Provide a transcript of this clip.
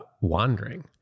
wandering